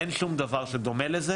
אין שום דבר שדומה לזה